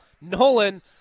Nolan